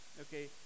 okay